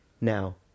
Now